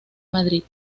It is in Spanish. madrid